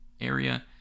area